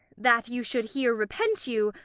that you should here repent you,